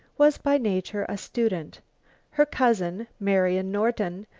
was by nature a student her cousin, marian norton,